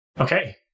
Okay